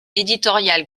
éditoriale